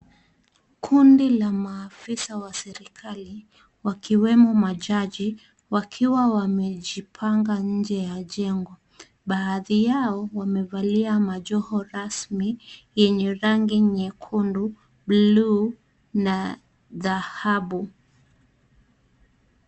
Kundi la maafisa wa serikali, wakiwemo majaji, wakiwa wamejipanga nje ya jengo. Baadhi yao, wamevalia majoho rasmi, yenye rangi nyekundu, buluu na dhahabu.